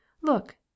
look